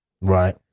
Right